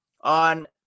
on